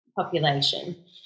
Population